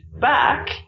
back